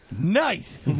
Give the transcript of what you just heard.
Nice